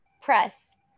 Press